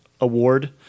award